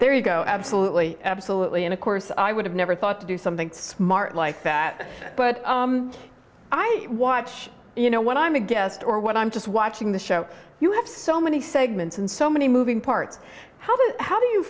there you go absolutely absolutely and of course i would have never thought to do something smart like that but i watch you know when i'm a guest or what i'm just watching the show you have so many segments and so many moving parts how do how do you